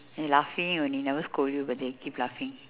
then laughing only never scold you but they keep laughing